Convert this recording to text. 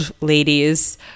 ladies